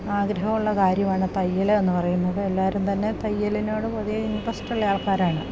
ആഗ്രഹമുള്ള കാര്യമാണ് തയ്യല് എന്ന് പറയുന്നത് എല്ലാവരും തന്നെ തയ്യലിനോട് പുതിയ ഇൻട്രസ്റ്റുള്ള ആൾക്കാരാണ്